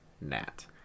Nat